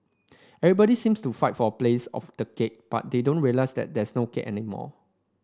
everybody seems to fight for place of the cake but they don't realise that there is no cake anymore